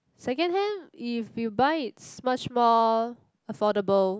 second hand if you buy it's much more affordable